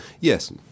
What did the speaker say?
Yes